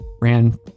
ran